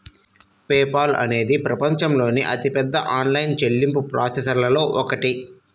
pay Paul అనేది ప్రపంచంలోని అతిపెద్ద ఆన్లైన్ చెల్లింపు ప్రాసెసర్లలో ఒకటి